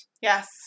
Yes